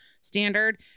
standard